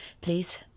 please